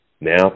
now